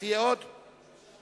יש עוד שלוש.